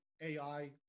AI